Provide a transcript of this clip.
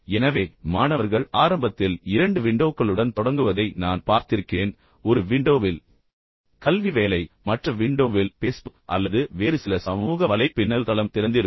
எனவே மாணவர்கள் ஆரம்பத்தில் இரண்டு விண்டோக்களுடன் தொடங்குவதை நான் பார்த்திருக்கிறேன் ஒரு விண்டோவில் உண்மையான கல்வி வேலை மற்ற விண்டோவில் பேஸ்புக் அல்லது வேறு சில சமூக வலைப்பின்னல் தளம் திறந்திருக்கும்